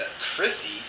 Chrissy